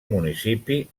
municipi